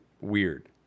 weird